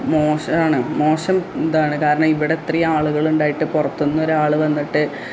മോശമാണ് മോശം ഇതാണ് കാരണം ഇവിടിത്രയും ആളുകളുണ്ടായിട്ട് പുറത്തു നിന്നൊരാൾ വന്നിട്ട്